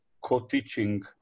co-teaching